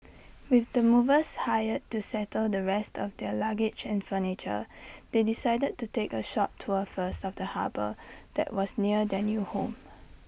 with the movers hired to settle the rest of their luggage and furniture they decided to take A short tour first of the harbour that was near their new home